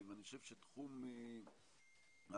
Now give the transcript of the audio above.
ואני חושב שתחום העלייה,